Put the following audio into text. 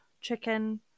chicken